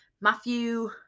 Matthew